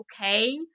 okay